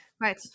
Right